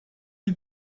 die